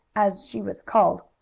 as she was called,